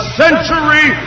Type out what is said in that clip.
century